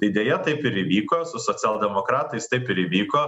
tai deja taip ir įvyko su socialdemokratais taip ir įvyko